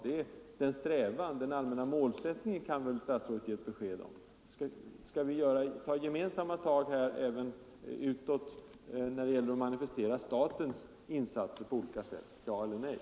Den allmänna målsättningen kan väl statsrådet ge ett besked om. Skall vi ta gemensamma tag utåt — ja eller nej?